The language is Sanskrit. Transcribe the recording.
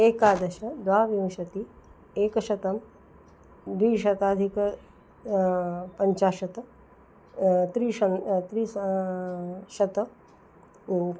एकादश द्वाविंशतिः एकशतं द्विशताधिकं पञ्चाशत् त्रिंशत् त्रीणि शतं शतम् अपि